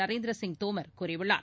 நரேந்திர சிங் தோமர் கூறியுள்ளார்